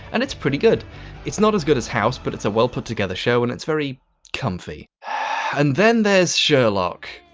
and it's pretty good it's not as good as house but it's a well put together show and it's very comfy and then there's sherlock.